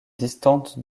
distante